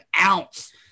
ounce